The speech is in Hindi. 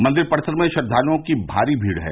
मंदिर परिसर में श्रद्वालुओं की भारी भीड़ है